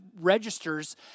registers